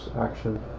action